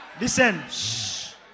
Listen